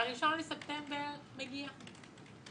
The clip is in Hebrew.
וה-1 לספטמבר מגיע,